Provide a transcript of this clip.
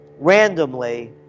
randomly